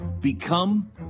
become